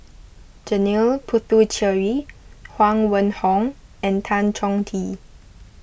Janil Puthucheary Huang Wenhong and Tan Chong Tee